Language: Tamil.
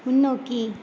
முன்னோக்கி